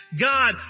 God